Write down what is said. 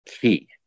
key